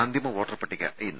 അന്തിമ വോട്ടർപട്ടിക ഇന്ന്